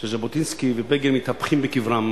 שז'בוטינסקי ובגין מתהפכים בקברם